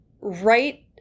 right